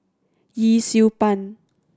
Yee Siew Pun